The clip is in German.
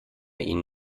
ihnen